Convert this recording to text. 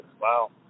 wow